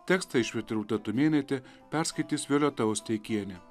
tekstą išvertė rūta tumėnaitė perskaitys violeta osteikienė